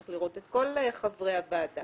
צריך לראות את כל חברי הוועדה.